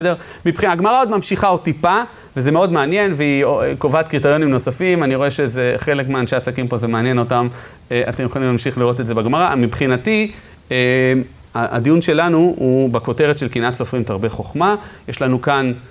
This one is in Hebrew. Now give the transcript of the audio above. מבחינה, הגמרא עוד ממשיכה עוד טיפה, וזה מאוד מעניין, והיא קובעת קריטריונים נוספים, אני רואה שזה חלק מהאנשי העסקים פה, זה מעניין אותם, אתם יכולים להמשיך לראות את זה בגמרא. מבחינתי, הדיון שלנו הוא בכותרת של קנאת סופרים תרבה חוכמה, יש לנו כאן.